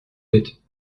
êtes